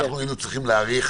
אנחנו היינו צריכים להאריך